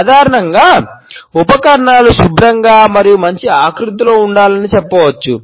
సాధారణంగా ఉపకరణాలు శుభ్రంగా మరియు మంచి ఆకృతిలో ఉండాలని చెప్పవచ్చు